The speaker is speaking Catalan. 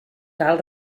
cal